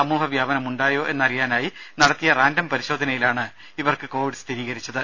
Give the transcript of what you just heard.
സമൂഹ വ്യാപന മുണ്ടായോ എന്നറിയാനായി നടത്തിയ റാൻഡം പരിശോധനയിലാണ് ഇവർക്ക് കോവിഡ് സ്ഥിരീകരിച്ചത്